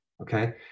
okay